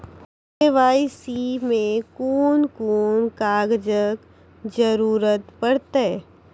KYC मे कून कून कागजक जरूरत परतै?